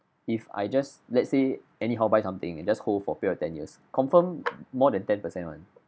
if I just let say anyhow buy something and just hold for a period of ten years confirm more than ten percent [one]